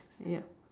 ya